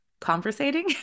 conversating